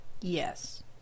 Yes